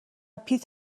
پیت